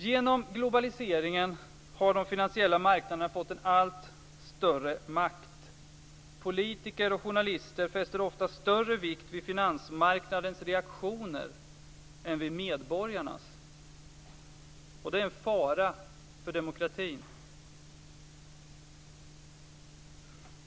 Genom globaliseringen har de finansiella marknaderna fått en allt större makt. Politiker och journalister fäster ofta större vikt vid finansmarknadens reaktioner än vid medborgarnas. Det är en fara för demokratin.